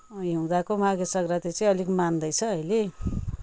हिउँदको माघे संक्रान्ति चाहिँ अलिक मान्दैछ अहिले